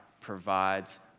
provides